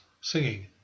singing